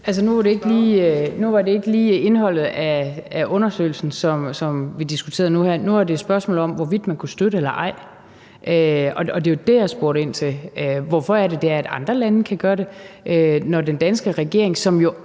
nu er det ikke lige indholdet af undersøgelsen, som vi diskuterer nu her; nu var det et spørgsmål om, hvorvidt man kunne støtte det eller ej. Det var det, jeg spurgte ind til. Hvorfor kan andre lande gøre det, når den danske regering, som jo